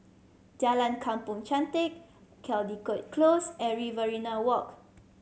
Jalan Kampong Chantek Caldecott Close and Riverina Walk